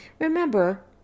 Remember